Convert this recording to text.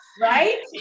right